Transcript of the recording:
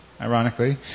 ironically